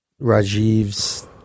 rajiv's